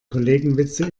kollegenwitze